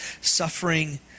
suffering